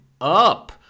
up